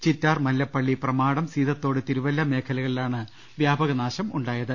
Chittar Mallappally Pramadam Seethathode Thiruvalla മേഖലകളിലാണ് വ്യാപക നാശം ഉണ്ടായത്